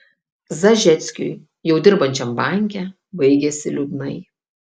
zažeckiui jau dirbančiam banke baigėsi liūdnai